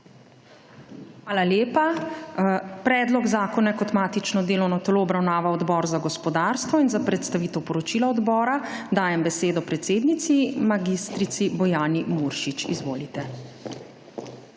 Hvala lepa. Predlog zakona je kot matično delovno telo obravnaval Odbor za gospodarstvo. In za predstavitev poročila Odbora dajem besedo predsednici mag. Bojani Muršič. Izvolite!